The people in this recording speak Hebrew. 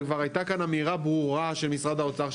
וכבר הייתה כאן אמירה ברורה של משרד האוצר,